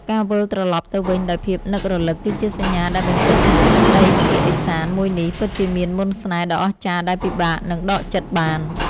ការវិលត្រឡប់ទៅវិញដោយភាពនឹករលឹកគឺជាសញ្ញាដែលបញ្ជាក់ថា ទឹកដីភាគឦសានមួយនេះពិតជាមានមន្តស្នេហ៍ដ៏អស្ចារ្យដែលពិបាកនឹងដកចិត្តបាន។